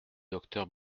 docteur